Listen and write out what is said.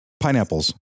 Pineapples